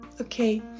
Okay